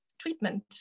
treatment